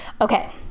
Okay